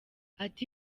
ati